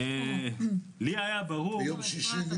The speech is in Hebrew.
לי היה ברור --- ועוד ביום שישי.